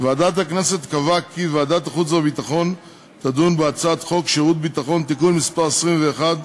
ועדת החוץ והביטחון תדון בהצעת חוק שירות ביטחון (תיקון מס' 21),